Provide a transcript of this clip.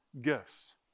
gifts